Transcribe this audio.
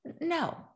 No